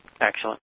Excellent